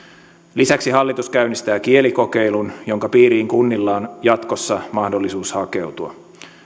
lisäksi hallitus käynnistää kielikokeilun jonka piiriin kunnilla on jatkossa mahdollisuus hakeutua